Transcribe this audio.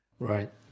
Right